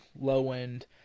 low-end